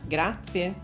Grazie